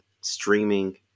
streaming